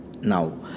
now